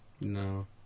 No